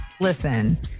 Listen